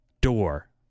door